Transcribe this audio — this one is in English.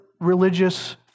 religious